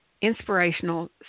inspirational